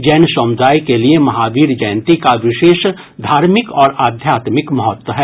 जैन समुदाय के लिए महावीर जयंती का विशेष धार्मिक और आध्यात्मिक महत्व है